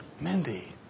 Mindy